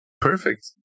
Perfect